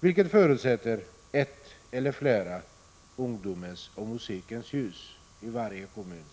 vilket förutsätter ett eller flera ungdomens och musikens hus i varje kommun.